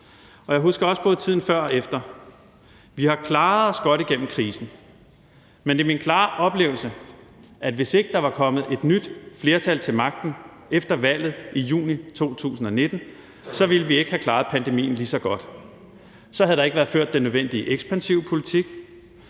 Og jeg husker også både tiden før og efter. Vi har klaret os godt igennem krisen, men det er min klare oplevelse, at hvis ikke der var kommet et nyt flertal til magten efter valget i juni 2019, ville vi ikke have klaret pandemien lige så godt, så havde der ikke været ført den nødvendige ekspansive politik,